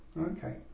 Okay